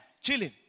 chilling